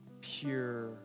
pure